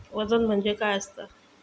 वजन म्हणजे काय असता?